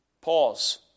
Pause